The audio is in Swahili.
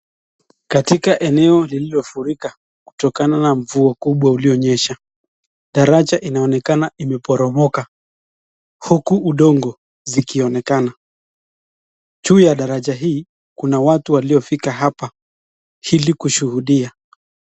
Katika eneo lililofurika kutokana na mvua kubwa ulionyesha, daraja inaonekana imeporomoka huku udongo zikionekana. Juu ya daraja hii kuna watu waliofika ili hapa kushuhudia.